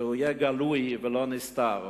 שיהיו גלויים ולא נסתרים,